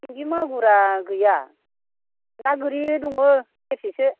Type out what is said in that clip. सिंगि मागुरा गैया ना गोरि दङ सेरसेसो